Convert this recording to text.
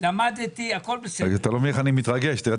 קודם כל, אם